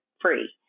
free